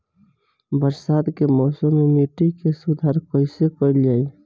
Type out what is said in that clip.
बरसात के मौसम में मिट्टी के सुधार कईसे कईल जाई?